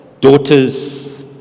daughter's